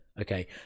Okay